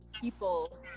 people